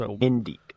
Indeed